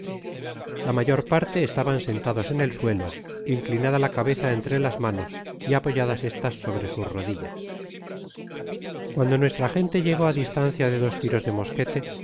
la mayor parte estaban sentados en el suelo inclinada la cabeza entre las manos y apoyadas estas sobre sus rodillas content from google book search generated at cuando nuestra gente llegó á la distancia de dos tiros de mosquete